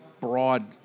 broad